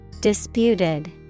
Disputed